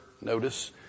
notice